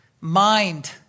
mind